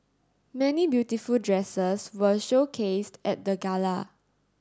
many beautiful dresses were showcased at the gala